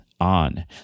on